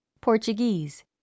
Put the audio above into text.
Portuguese